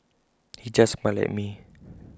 he just smiled at me